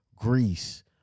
Greece